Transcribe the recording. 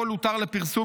כל הותר לפרסום,